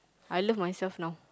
I love myself now